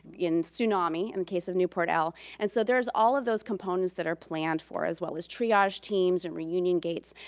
in tsunami in the case of newport. and so there's all of those components that are planned for as well as triage teams and reunion gates.